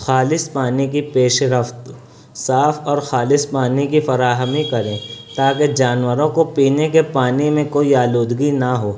خالص پانی کی پیش رفت صاف اور خالص پانی کی فراہمی کریں تاکہ جانوروں کو پینے کے پانی میں کوئی آلودگی نہ ہو